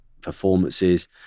performances